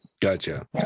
Gotcha